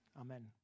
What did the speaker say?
Amen